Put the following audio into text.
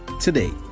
today